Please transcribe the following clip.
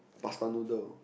pasta noodle